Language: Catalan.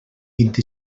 vint